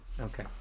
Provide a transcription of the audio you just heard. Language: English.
Okay